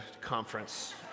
conference